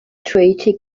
treaty